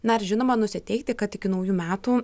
na ir žinoma nusiteikti kad iki naujų metų